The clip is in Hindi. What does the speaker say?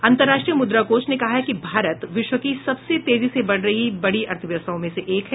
अंतर्राष्ट्रीय मुद्रा कोष ने कहा है कि भारत विश्व की सबसे तेजी से बढ़ रही बड़ी अर्थव्यवस्थाओं में से है